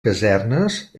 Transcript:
casernes